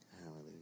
Hallelujah